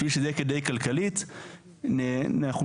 בשביל שזה יהיה כדאי כלכלית אנחנו בעצם